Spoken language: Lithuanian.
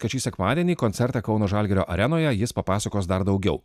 kad šį sekmadienį koncertą kauno žalgirio arenoje jis papasakos dar daugiau